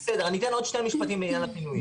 אני אתן עוד שני משפטים מהפינויים,